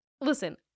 listen